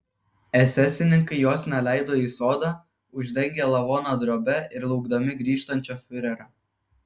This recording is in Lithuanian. esesininkai jos neleido į sodą uždengę lavoną drobe ir laukdami grįžtančio fiurerio